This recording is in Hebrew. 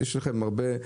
יש לכם הרבה,